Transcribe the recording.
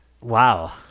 Wow